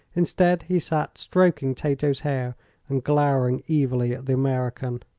instead, he sat stroking tato's hair and glowering evilly at the american.